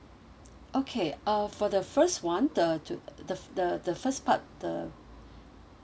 okay uh for the first one the to the the the first part the